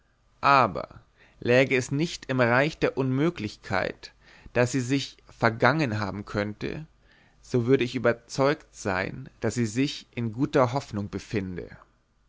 aber läge es nicht im reich der unmöglichkeit daß sie sich vergangen haben könnte so würde ich überzeugt sein daß sie sich in guter hoffnung befinde